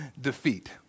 defeat